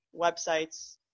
websites